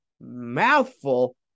mouthful